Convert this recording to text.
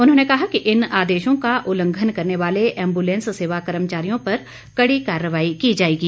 उन्होंने कहा कि इन आदेशों का उल्लंघन करने वाले एंबुलेंस सेवा कर्मचारियों पर कड़ी कार्रवाई की जाएगी